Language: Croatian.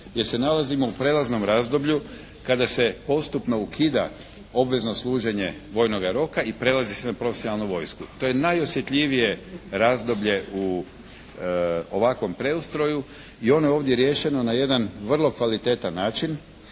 jer se nalazimo u prijelaznom razdoblju kada se postupno ukida obvezno služenje vojnoga roka i prelazi se na profesionalnu vojsku, to je najosjetljivije razdoblje u ovakvom preustroju i ono je ovdje riješeno na jedan vrlo kvalitetan način